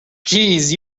jeez